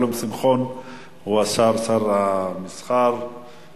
שלום שמחון הוא שר התעשייה,